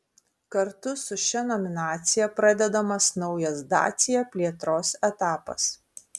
kartu su šia nominacija pradedamas naujas dacia plėtros etapas